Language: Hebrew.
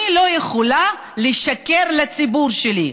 אני לא יכולה לשקר לציבור שלי,